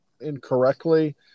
incorrectly